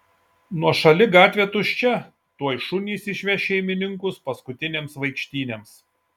nuošali gatvė tuščia tuoj šunys išves šeimininkus paskutinėms vaikštynėms